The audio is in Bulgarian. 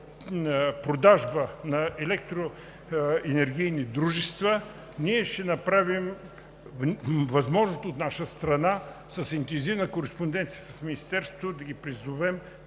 продажба на електроенергийни дружества ние ще направим възможното от наша страна чрез интензивна кореспонденция с Министерството да ги призовем